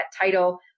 title